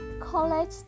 college